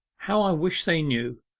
how i wish they knew!